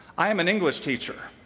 i am an english teacher,